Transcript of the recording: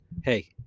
hey